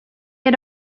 had